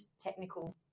technical